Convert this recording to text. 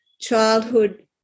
childhood